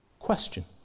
Question